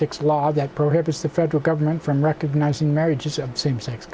six law that prohibits the federal government from recognizing marriages of same sex